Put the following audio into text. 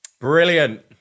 Brilliant